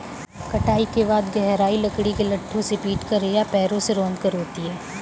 कटाई के बाद गहराई लकड़ी के लट्ठों से पीटकर या पैरों से रौंदकर होती है